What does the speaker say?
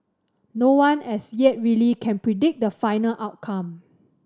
no one as yet really can predict the final outcome